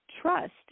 trust